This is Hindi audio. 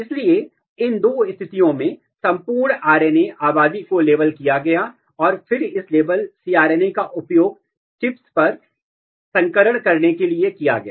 इसलिए इन दो स्थितियों में संपूर्ण आरएनए आबादी को लेबल किया गया और फिर इस लेबल cRNA का उपयोग चिप्स पर संकरण करने के लिए किया गया